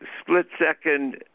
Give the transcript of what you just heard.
split-second